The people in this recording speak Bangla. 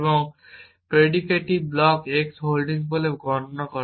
এবং এই প্রেডিকেটটি ব্লক x হোল্ডিং বলে বর্ণনা করে